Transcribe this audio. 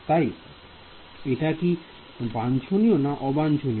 তাই এটা কি বাঞ্ছনীয় না অবাঞ্ছনীয়